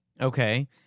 Okay